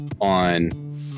on